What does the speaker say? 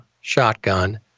shotgun